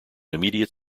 immediate